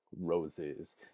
roses